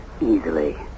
easily